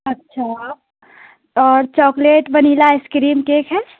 اچھا اور chocolate vanilla ice cream cake ہے